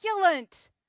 succulent